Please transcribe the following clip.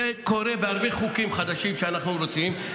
זה קורה בהרבה חוקים חדשים שאנחנו רוצים,